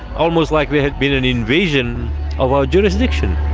almost like there had been an invasion of our jurisdiction.